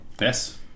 Yes